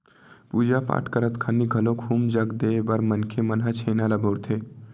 पूजा पाठ करत खानी घलोक हूम जग देय बर मनखे मन ह छेना ल बउरथे